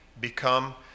become